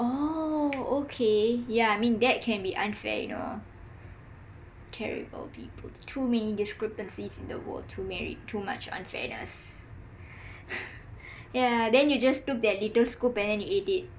oh okay yah I mean that can be unfair you know terrible people too many to too much unfairness yah then you just took that little scoop and then you ate it